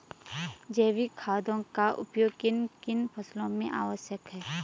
जैविक खादों का उपयोग किन किन फसलों में आवश्यक है?